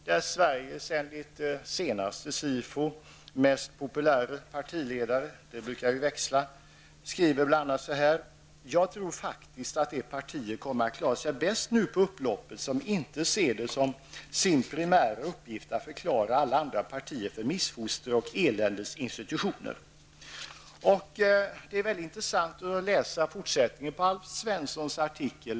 Där skriver Sveriges enligt senaste SIFO-undersökningen mest populäre partiledare, det brukar ju växla, bl.a. så här: ''Jag tror faktiskt att de partier kommer att klara sig bäst nu på upploppet, som inte ser det som sin primära uppgift att förklara alla andra partier för missfoster och eländets institutioner.'' Det är mycket intressant att läsa fortsättningen på Alf Svenssons artikel.